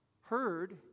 heard